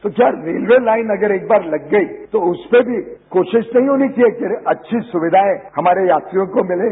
तो क्या railway line अगर एक बार लग गई तो उस पे भी कोशिश नहीं होनी चाहिए कि अच्छी सुविधाएं हमारे यात्रियों को मिले